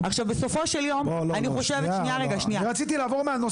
ומגיע לך על זה